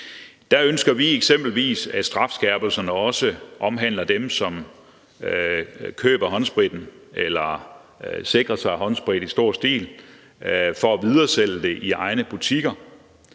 Der ønsker vi eksempelvis, at strafskærpelserne også omhandler dem, som køber håndspritten eller sikrer sig håndsprit i stor stil for at videresælge det i egne butikker,